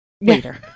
later